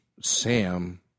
Sam